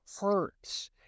hurts